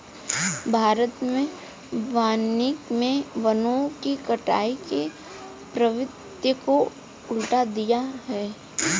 भारत में वानिकी मे वनों की कटाई की प्रवृत्ति को उलट दिया है